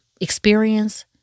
experience